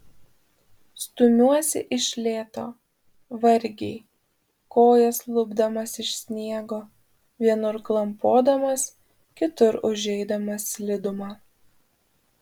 stumiuosi iš lėto vargiai kojas lupdamas iš sniego vienur klampodamas kitur užeidamas slidumą